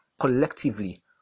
collectively